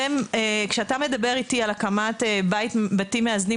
כשאתה מדבר איתי על הקמת בתים מאזנים